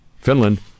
Finland